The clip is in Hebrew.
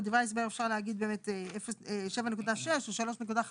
ודברי ההסבר אפשר להגיד באמת 7.6 או 3.55,